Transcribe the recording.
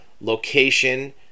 location